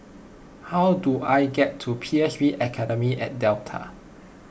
how do I get to P S B Academy at Delta